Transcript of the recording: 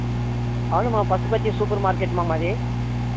అవునమ్మా Pashupati super market అమ్మా మాది